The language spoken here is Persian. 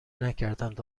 نکردند